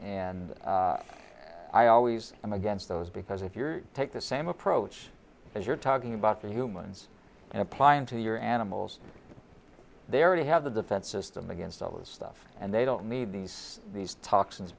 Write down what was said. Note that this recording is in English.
and i always am against those because if you're take the same approach and you're talking about the humans and applying to your animals they already have the defense system against all those stuff and they don't need these these toxins